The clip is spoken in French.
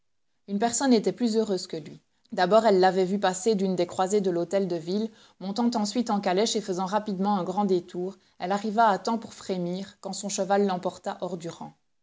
une personne était plus heureuse que lui d'abord elle l'avait vu passer d'une des croisées de l'hôtel de ville montant ensuite en calèche et faisant rapidement un grand détour elle arriva à temps pour frémir quand son cheval l'emporta hors